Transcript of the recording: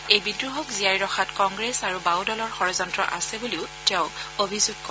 এই বিদ্ৰোহক জীয়াই ৰখাত কংগ্ৰেছ আৰু বাওঁ দলৰ ষড্যন্ত্ৰ আছে বুলি তেওঁ অভিযোগ কৰে